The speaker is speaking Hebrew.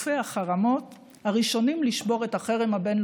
לצערי הרב, הקואליציה אז הפילה את החוק, ברור למה.